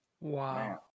Wow